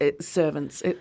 servants